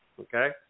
Okay